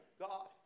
God